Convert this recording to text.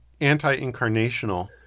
anti-incarnational